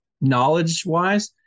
knowledge-wise